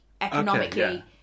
economically